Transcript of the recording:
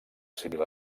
civil